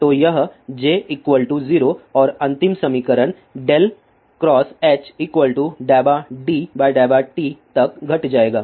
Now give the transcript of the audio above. तो यह J 0 और अंतिम समीकरण × H ∂D∂t तक घट जाएगा